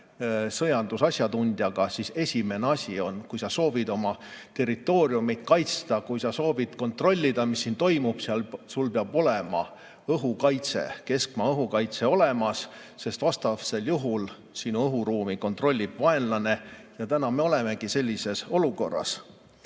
sõjandusasjatundjaga, siis esimene asi, kui sa soovid oma territooriumi kaitsta, kui sa soovid kontrollida, mis siin toimub, sul peab olema keskmaa-õhukaitse olemas, sest vastasel juhul sinu õhuruumi kontrollib vaenlane. Ja täna me olemegi sellises olukorras.